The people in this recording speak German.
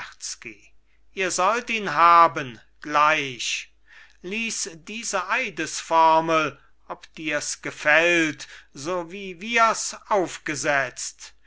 ihr sollt ihn haben gleich lies diese eidesformel ob dirs gefällt so wie wirs aufgesetzt